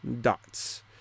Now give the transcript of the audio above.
dots